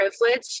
privilege